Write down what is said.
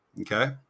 Okay